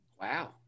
wow